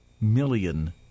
million